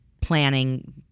planning